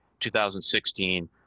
2016